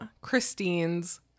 Christine's